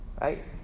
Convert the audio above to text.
right